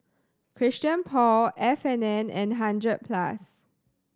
Christian Paul F and N and Hundred Plus